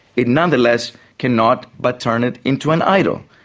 it nonetheless cannot but turn it into an idol,